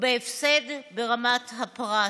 ובהפסד ברמת הפרט.